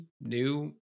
new